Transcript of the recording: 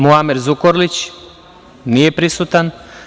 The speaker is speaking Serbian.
Muamer Zukorlić, nije prisutan.